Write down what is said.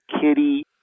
Kitty